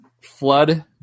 flood